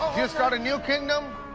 if you start a new kingdom,